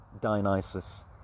Dionysus